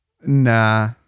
Nah